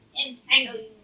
Entangling